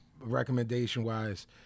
Recommendation-wise